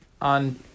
on